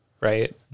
right